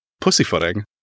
Pussyfooting